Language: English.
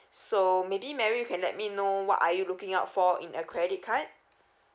so maybe mary you can let me know what are you looking out for in a credit card